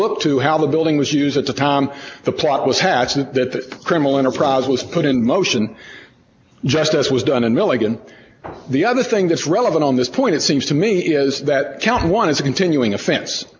look to how the building was use it to tom the plot was hatched and that the criminal enterprise was put in motion just as was done in milligan the other thing that's relevant on this point it seems to me is that count one is a continuing offense